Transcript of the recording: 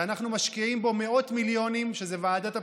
שאנחנו משקיעים בו מאות מיליונים, ועדת הבחירות,